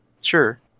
sure